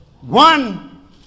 one